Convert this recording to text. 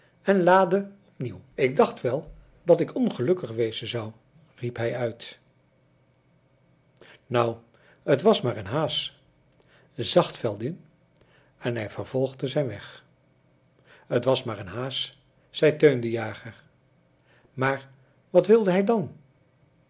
en laadde op nieuw ik dacht wel dat ik ongelukkig wezen zou riep hij uit nou t was maar een haas zacht veldin en hij vervolgde zijn weg t was maar een haas zei teun de jager maar wat wilde hij dan